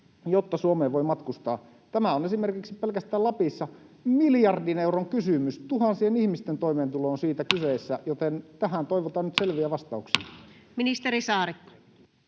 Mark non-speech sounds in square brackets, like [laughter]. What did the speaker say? jotta Suomeen voi matkustaa? Tämä on esimerkiksi pelkästään Lapissa miljardin euron kysymys. Tuhansien ihmisten toimeentulo on siinä kyseessä, [noise] joten tähän toivotaan nyt selviä vastauksia. Ministeri Saarikko.